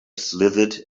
slithered